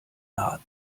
naht